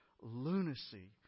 lunacy